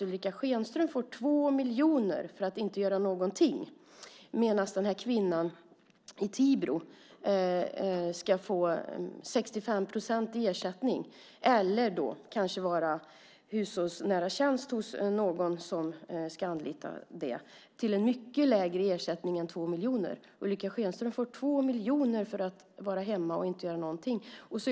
Ulrica Schenström får 2 miljoner för att inte göra någonting, medan den här kvinnan i Tibro ska få 65 procent av lönen i ersättning eller kanske vara hushållsnära tjänst hos någon som kan anlita sådant, till en mycket lägre ersättning än 2 miljoner. Ulrica Schenström får 2 miljoner för att vara hemma och inte göra någonting.